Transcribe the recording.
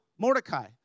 Mordecai